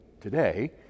today